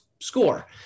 score